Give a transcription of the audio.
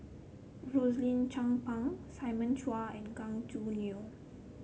Rosaline Chan Pang Simon Chua and Gan Choo Neo